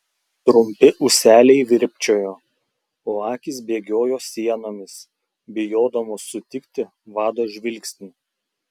trumpi ūseliai virpčiojo o akys bėgiojo sienomis bijodamos sutikti vado žvilgsnį